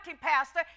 Pastor